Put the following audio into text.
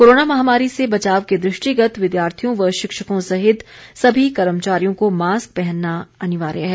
corona महामारी से बचाव के दृष्टिगत विद्यार्थियों व शिक्षकों सहित सभी कर्मचारियों को मास्क पहनना अनिवार्य है